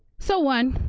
so one,